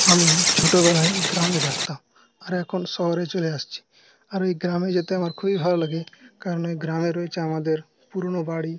আমি ছোটবেলায় গ্রামে থাকতাম আর এখন শহরে চলে আসছি আর ওই গ্রামে যেতে আমার খুবই ভালো লাগে কারণ ওই গ্রামে রয়েছে আমাদের পুরনো বাড়ি